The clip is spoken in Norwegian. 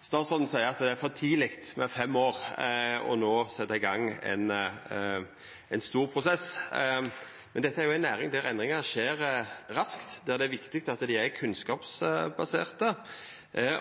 Statsråden seier at det er for tidleg nå, etter fem år, å setja i gang med ein stor prosess. Men dette er jo ei næring der endringar skjer raskt, der det er viktig at dei er kunnskapsbaserte,